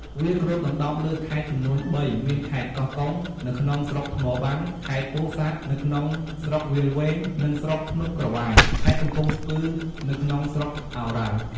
វាគ្របដណ្ដប់លើខេត្តចំនួន៣មានខេត្តកោះកុង នៅក្នុង ស្រុកថ្មបាំង ខេត្តពោធិ៍សាត់ នៅក្នុង ស្រុកវាលវែងនិងស្រុកភ្នំក្រវាញ ខេត្តកំពង់ស្ពឺនៅក្នុងស្រុកឱរ៉ាល់។